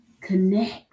connect